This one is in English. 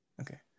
Okay